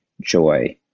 joy